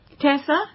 Tessa